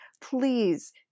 please